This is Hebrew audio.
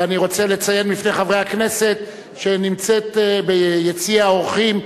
אני רוצה לציין בפני חברי הכנסת שנמצאת ביציע האורחים,